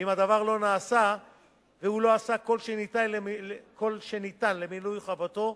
ואם הדבר לא נעשה והוא לא עשה כל שניתן למילוי חובתו,